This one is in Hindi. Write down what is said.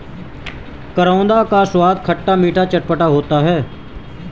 करौंदा का स्वाद खट्टा मीठा चटपटा होता है